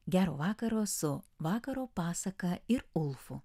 gero vakaro su vakaro pasaka ir ulfu